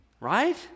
Right